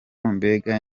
mbega